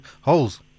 holes